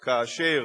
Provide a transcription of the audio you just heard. כאשר